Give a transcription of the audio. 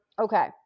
Okay